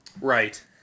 Right